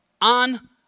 on